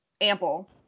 ample